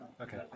okay